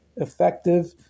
effective